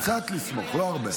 קצת לסמוך, לא הרבה.